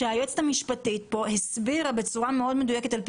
היועצת המשפטית כאן הסבירה בצורה מאוד מדויקת על פי